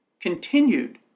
continued